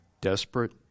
desperate